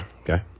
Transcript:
Okay